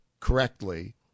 correctly